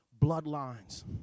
bloodlines